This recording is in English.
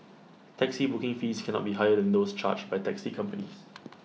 taxi booking fees cannot be higher than those charged by taxi companies